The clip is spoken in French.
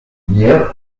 hier